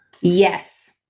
Yes